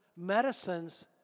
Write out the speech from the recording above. medicines